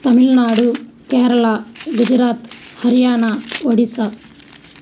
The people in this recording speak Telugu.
తమిళనాడు కేరళ గుజరాత్ హర్యానా ఒడిస్సా